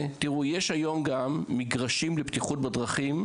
בכמה רשויות יש היום מגרשים לבטיחות בדרכים,